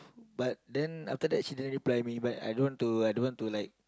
but then after that she didn't reply me but I don't want to I don't want to like